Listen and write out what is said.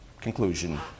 conclusion